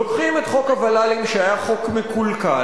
לוקחים את חוק הוול"לים, שהיה חוק מקולקל,